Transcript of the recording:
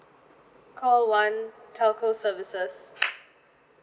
call one telco services